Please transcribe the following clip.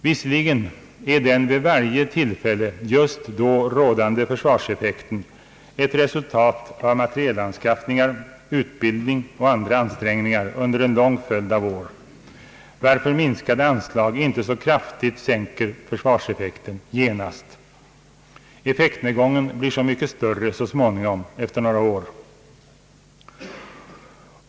Visserligen är den vid varje tillfälle just då rådande försvarseffekten ett resultat av materielanskaffningar, utbildning och andra ansträngningar under en lång följd av år, varför minskade anslag inte så kraftigt sänker försvarseffekten genast. Effektnedgången blir så mycket större så småningom, efter några år.